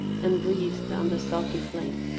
and breathed on the sulky flame.